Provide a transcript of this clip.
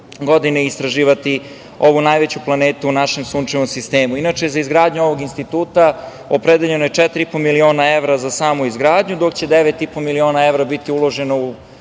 godine i istraživati ovu najveću planetu u našem Sunčevom sistemu. Inače, za izgradnju ovog instituta opredeljeno je 4,5 miliona za samu izgradnju, dok će 9,5 miliona evra biti uloženo u